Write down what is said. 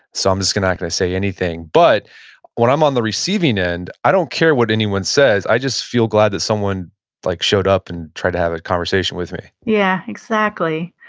so um gonna gonna say anything. but when i'm on the receiving end, i don't care what anyone says. i just feel glad that someone like showed up and tried to have a conversation with me yeah, exactly.